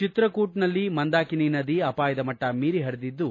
ಚಿತ್ರಾಕುಟನಲ್ಲಿ ಮಂದಾಕಿನಿ ನದಿ ಅಪಾಯದ ಮಟ್ಟ ಮೀರಿ ಹರಿಯುತ್ತಿದ್ದು